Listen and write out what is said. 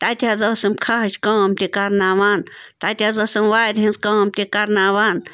تَتہِ حظ ٲسٕم کھَہٕچ کٲم تہِ کَرناوان تَتہِ حظ ٲسٕم وارِ ہِنٛز کٲم تہِ کَرناوان